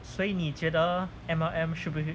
所以你觉得 M_L_M 是不是